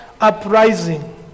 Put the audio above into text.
uprising